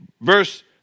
Verse